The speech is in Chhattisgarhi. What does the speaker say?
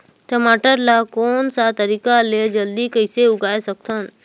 टमाटर ला कोन सा तरीका ले जल्दी कइसे उगाय सकथन?